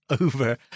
over